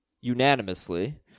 unanimously